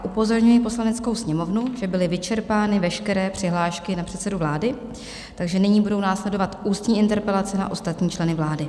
Upozorňuji Poslaneckou sněmovnu, že byly vyčerpány veškeré přihlášky na předsedu vlády, takže nyní budou následovat ústní interpelace na ostatní členy vlády.